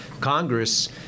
Congress